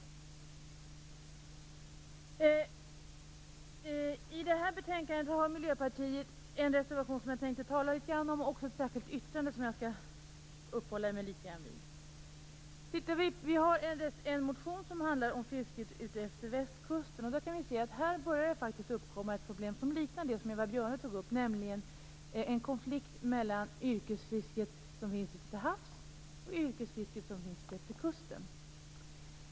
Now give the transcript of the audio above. Miljöpartiet har en reservation i detta betänkande, som jag tänker tala om. Vi har också ett särskilt yttrande, som jag skall uppehålla mig vid. Vi har väckt en motion om fisket utefter västkusten. Här börjar det uppstå ett problem som liknar det som Eva Björne tog upp, nämligen en konflikt mellan yrkesfisket ute till havs och yrkesfisket utefter kusten.